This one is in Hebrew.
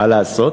מה לעשות.